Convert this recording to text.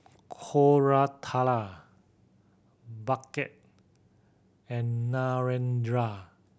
Koratala Bhagat and Narendra